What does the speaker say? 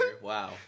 Wow